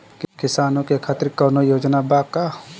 किसानों के खातिर कौनो योजना बा का?